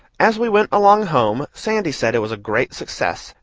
as we went along home, sandy said it was a great success,